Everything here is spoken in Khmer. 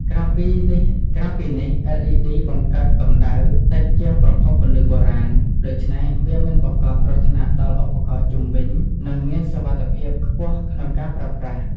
ក្រៅពីនេះLED បង្កើតកម្ដៅតិចជាងប្រភពពន្លឺបុរាណ ដូច្នេះវាមិនបង្កគ្រោះថ្នាក់ដល់ឧបករណ៍ជុំវិញ និងមានសុវត្ថិភាពខ្ពស់ក្នុងការប្រើប្រាស់។